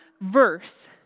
verse